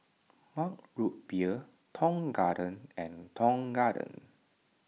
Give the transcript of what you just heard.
Mug Root Beer Tong Garden and Tong Garden